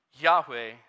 Yahweh